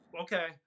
Okay